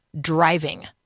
driving